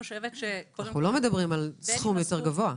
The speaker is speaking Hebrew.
אנחנו לא מדברים על סכום יותר גבוה.